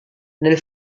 nel